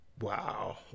Wow